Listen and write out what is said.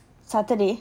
saturday